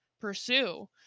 pursue